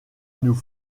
nous